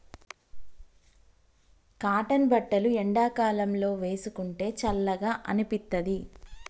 cotton బట్టలు ఎండాకాలం లో వేసుకుంటే చల్లగా అనిపిత్తది